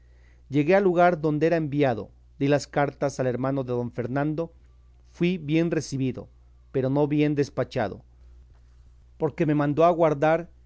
llegué al lugar donde era enviado di las cartas al hermano de don fernando fui bien recebido pero no bien despachado porque me mandó aguardar